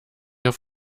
auf